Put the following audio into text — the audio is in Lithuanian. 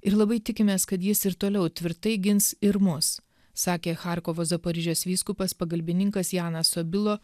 ir labai tikimės kad jis ir toliau tvirtai gins ir mus sakė charkovo zaporižės vyskupas pagalbininkas janas obilo